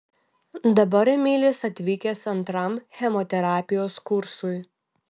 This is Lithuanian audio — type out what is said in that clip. dabar emilis atvykęs antram chemoterapijos kursui